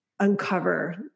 uncover